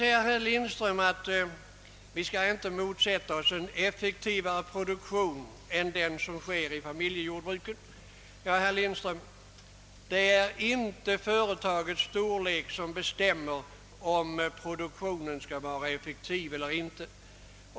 Herr Lindström sade vidare att vi inte bör motsätta oss en effektivare produktion än familjejordbrukets. Men, herr Lindström, det är ju inte företagets storlek som bestämmer om produktionen blir effektiv eller inte.